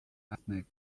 ethnic